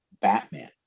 Batman